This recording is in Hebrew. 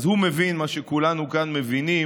אז הוא מבין את מה שכולנו כאן מבינים,